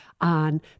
on